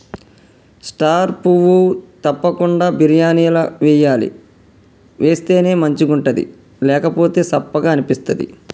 star పువ్వు తప్పకుండ బిర్యానీల వేయాలి వేస్తేనే మంచిగుంటది లేకపోతె సప్పగ అనిపిస్తది